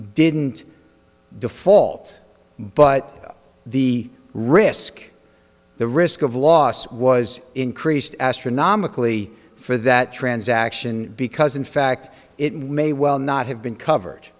didn't defaults but the risk the risk of loss was increased astronomically for that transaction because in fact it may well not have been cover